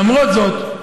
למרות זאת,